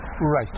Right